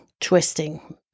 twisting